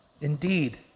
Indeed